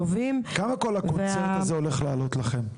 כמה כל הקונצרט הזה הולך לעלות לכם?